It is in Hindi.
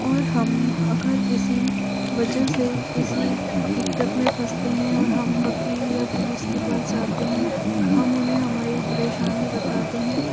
और हम अगर किसी वजह से किसी दिक्कत में फसते हैं और हम वकील या पुलिस के पास जाते हैं हम उन्हें हमारी परेशानी बताते हैं